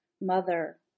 mother